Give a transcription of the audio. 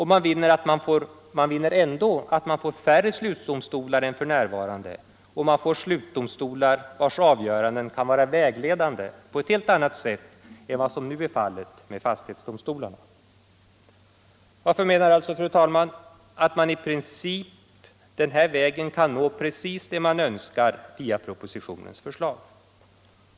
Man 199 vinner att det blir färre slutdomstolar än för närvarande och slutdomstolar, vilkas avgörande kan vara vägledande på ett helt annat sätt än vad nu är fallet med fastighetsdomstolarna. Jag anser alltså, fru talman, att man den vägen i princip kan nå precis det man önskar nå via propositionens förslag.